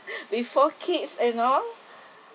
with four kids you know